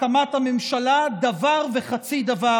הקמת הממשלה דבר וחצי דבר.